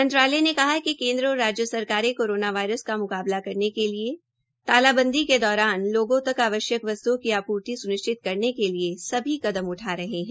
मंत्रालय ने कहा कि केन्द्र और राज्य सरकारें कोरोना वायरस का म्काबला करने के लिए तालाबंदी के दौरान लोगों तक आवश्यक वस्त्ओं की आपूर्ति स्निश्चित करने के लिए सभी कदम उठा रहे है